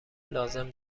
لازم